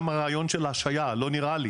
הרעיון של השהייה לא נראה לי,